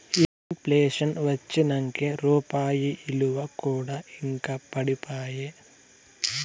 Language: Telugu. ఇన్ ప్లేషన్ వచ్చినంకే రూపాయి ఇలువ కూడా ఇంకా పడిపాయే